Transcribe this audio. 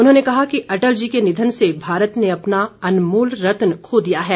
उन्होंने कहा कि अटल जी के निधन से भारत ने अपना अनमोल रत्न खो दिया है